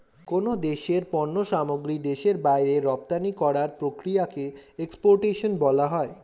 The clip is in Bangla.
কোন দেশের পণ্য সামগ্রী দেশের বাইরে রপ্তানি করার প্রক্রিয়াকে এক্সপোর্টেশন বলা হয়